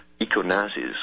eco-nazis